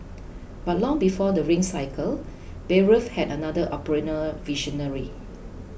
but long before the Ring Cycle Bayreuth had another operatic visionary